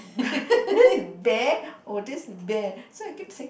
this bear or this bear so I keep saying